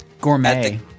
gourmet